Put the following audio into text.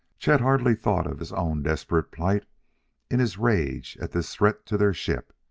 chet hardly thought of his own desperate plight in his rage at this threat to their ship,